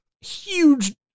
Huge